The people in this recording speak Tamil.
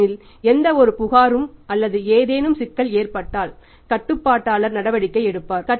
ஏனெனில் எந்தவொரு புகாரும் அல்லது ஏதேனும் சிக்கல் ஏற்பட்டால் கட்டுப்பாட்டாளர் நடவடிக்கை எடுப்பார்